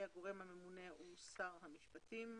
הגורם הממונה הוא שר המשפטים.